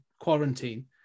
quarantine